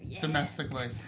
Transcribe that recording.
domestically